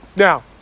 Now